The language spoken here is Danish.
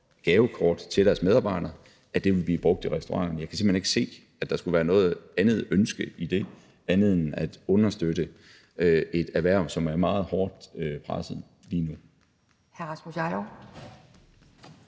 gavekort til deres medarbejdere, og det vil kunne blive brugt i restauranterne. Jeg kan simpelt hen ikke se, at der skulle være noget andet ønske i det end at understøtte et erhverv, som er meget hårdt presset lige nu.